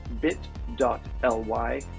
bit.ly